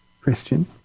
Christian